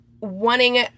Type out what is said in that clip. wanting